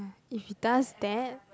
if he does that